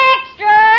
Extra